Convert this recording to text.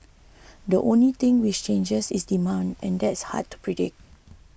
the only thing which changes is demand and that's hard to predict